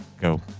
Go